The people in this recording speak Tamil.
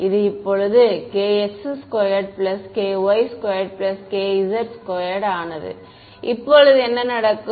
இது இப்போது kx2 ky2 kz2 ஆனது இப்போது என்ன நடக்கும்